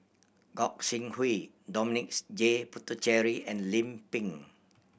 Gog Sing Hooi Dominic J Puthucheary and Lim Pin